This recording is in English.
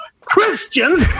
Christians